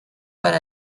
per